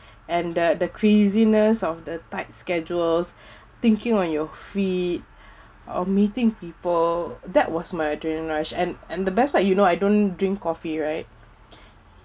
and the the craziness of the tight schedules thinking on your feet or meeting people that was my adrenaline rush and and the best part you know I don't drink coffee right